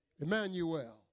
Emmanuel